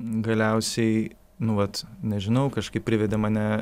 galiausiai nu vat nežinau kažkaip privedė mane